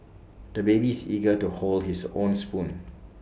the baby is eager to hold his own spoon